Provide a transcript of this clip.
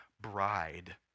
bride